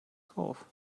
drauf